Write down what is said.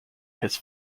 his